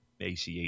ACH